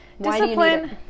Discipline